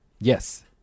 yes